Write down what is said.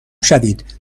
شوید